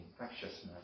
infectiousness